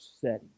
setting